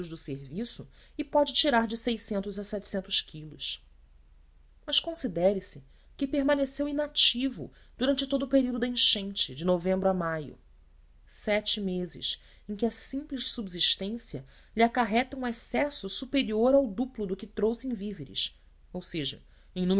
do serviço e pode tirar de quilos mas considere se que permaneceu inativo durante todo o período da enchente de novembro a maio sete meses em que a simples subsistência lhe acarreta um excesso superior ao duplo do que trouxe em víveres ou seja em